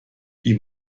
die